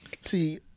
See